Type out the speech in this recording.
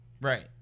Right